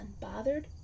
unbothered